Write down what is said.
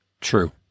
True